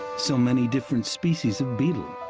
so many different species of beetle?